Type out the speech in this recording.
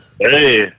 Hey